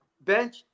bench